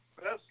best